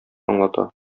аңлата